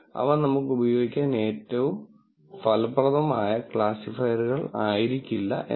അവ നമുക്ക് ഉപയോഗിക്കാൻ ഏറ്റവും ഫലപ്രദമായ ക്ലാസിഫയറുകൾ ആയിരിക്കില്ല എന്ന്